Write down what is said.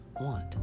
want